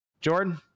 jordan